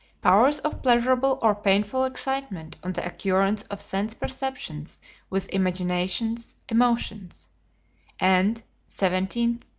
powers of pleasurable or painful excitement on the occurrence of sense-perceptions with imaginations, emotions and seventeenth,